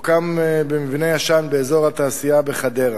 שממוקם במבנה ישן באזור התעשייה בחדרה.